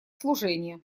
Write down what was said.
служение